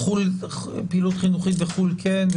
פעילות חינוכית וחו"ל כן,